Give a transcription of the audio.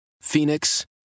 Phoenix